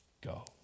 go